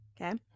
okay